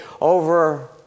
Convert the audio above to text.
over